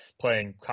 playing